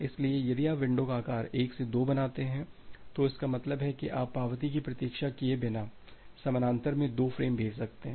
इसलिए यदि आप विंडो का आकार 1 से 2 बनाते हैं तो इसका मतलब है कि आप पावती की प्रतीक्षा किए बिना समानांतर में 2 फ्रेम भेज सकते हैं